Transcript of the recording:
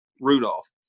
Rudolph